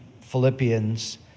Philippians